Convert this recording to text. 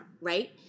Right